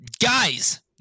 Guys